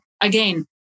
again